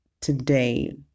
today